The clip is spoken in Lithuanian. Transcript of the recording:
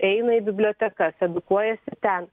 eina į bibliotekas edukuojasi ten